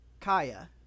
kaya